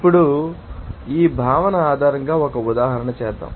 ఇప్పుడు ఈ భావన ఆధారంగా ఒక ఉదాహరణ చేద్దాం